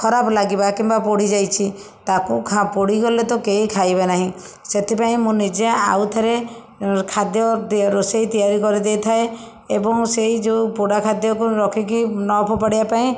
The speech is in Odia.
ଖରାପ ଲାଗିବା କିମ୍ବା ପୋଡ଼ି ଯାଇଛି ତାକୁ ଖା ପୋଡ଼ିଗଲେ ତ କେହି ଖାଇବେ ନାହିଁ ସେଥିପାଇଁ ମୁଁ ନିଜେ ଆଉ ଥରେ ଖାଦ୍ୟ ଦେ ରୋଷେଇ ତିଆରି କରିଦେଇଥାଏ ଏବଂ ସେହି ଯେଉଁ ପୋଡ଼ା ଖାଦ୍ୟକୁ ରଖିକି ନ ଫୋପାଡ଼ିବା ପାଇଁ